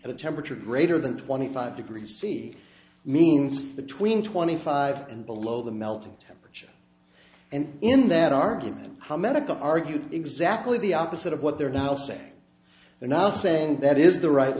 a temperature greater than twenty five degrees c means between twenty five and below the melting temperature and in that argument how medical argued exactly the opposite of what they're now saying they're not saying that is the right